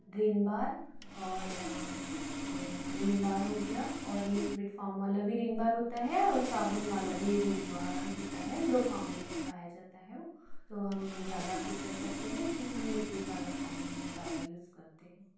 rim bar और Rin bar हो गया और लिक्विड फॉर्म वाला भी रिम बार होता है और साबुन वाला भी रिम बार होता है दो फॉम में पाया जाता है वो तो हम ज़्यादा प्रेफर करते हैं कि हम लिक्विड वाला फॉर्म ज़्यादा यूज करते हैं